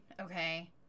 okay